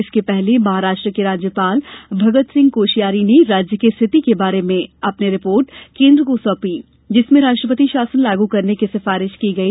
इसके पहले महाराष्ट्र के राज्यपाल भगत सिंह कोश्योरी ने राज्य की स्थिति के बारे में अपनी रिपोर्ट केद्र को सौंपी जिसमें राष्ट्रपति शासन लागू करने की सिफारिश की गई